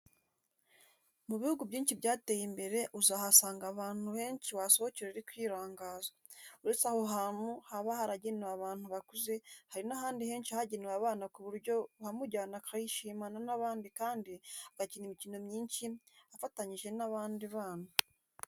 Mu bihugu byinshi byateye imbere uzahasanga ahantu henshi wasohokera uri kwirangaza. Uretse aho hantu haba haragenewe abantu bakuze, hari n'ahandi henshi hagenewe abana ku buryo uhamujyana akishimana n'abandi kandi agakina imikino myinshi afatangije n'abandi bana.